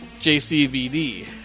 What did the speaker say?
JCVD